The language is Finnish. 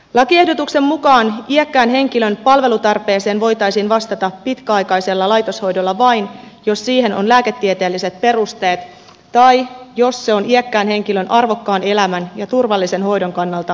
lakiehdotuksen mukaan iäkkään henkilön palvelutarpeeseen voitaisiin vastata pitkäaikaisella laitoshoidolla vain jos siihen on lääketieteelliset perusteet tai jos se on iäkkään henkilön arvokkaan elämän ja turvallisen hoidon kannalta muuten perusteltua